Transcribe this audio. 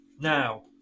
now